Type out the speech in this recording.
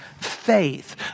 faith